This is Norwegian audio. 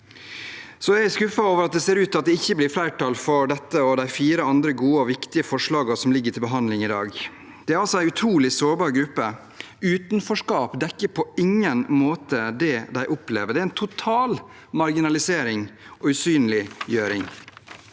Jeg er skuffet over at det ser ut til at det ikke blir flertall for dette og de fire andre gode og viktige forslagene som ligger til behandling i dag. Dette er altså en utrolig sårbar gruppe. Utenforskap dekker på ingen måte det de opplever – det er en total marginalisering og usynliggjøring.